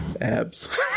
abs